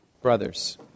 brothers